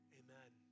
amen